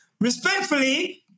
respectfully